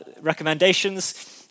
recommendations